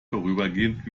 vorübergehend